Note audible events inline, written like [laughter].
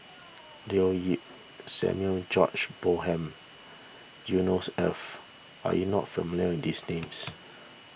[noise] Leo Yip Samuel George Bonham Yusnors Ef are you not familiar these names